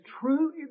true